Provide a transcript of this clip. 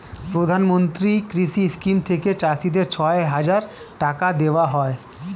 প্রধানমন্ত্রী কৃষি স্কিম থেকে চাষীদের ছয় হাজার টাকা দেওয়া হয়